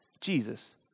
Jesus